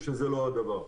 זה לא הדבר.